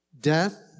death